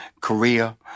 Korea